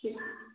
ठीक